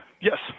yes